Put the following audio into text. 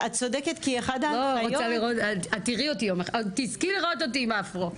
את צודקת כי אחת ההנחיות --- את עוד תזכי לראות אותי עם אפרו.